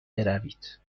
بروید